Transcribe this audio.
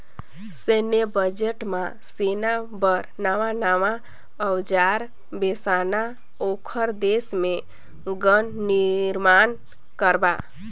सैन्य बजट म सेना बर नवां नवां अउजार बेसाना, ओखर देश मे गन निरमान करबा